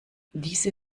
diese